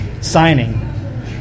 signing